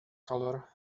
color